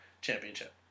championship